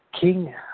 King